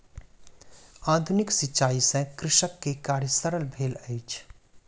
आधुनिक सिचाई से कृषक के कार्य सरल भेल अछि